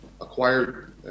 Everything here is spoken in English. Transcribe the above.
acquired